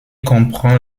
comprend